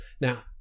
Now